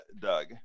Doug